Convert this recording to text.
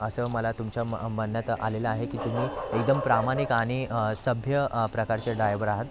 असं मला तुमच्या म्हणण्यात आलेलं आहे की तुम्ही एकदम प्रामाणिक आणि सभ्य प्रकारचे ड्रायव्हर आहात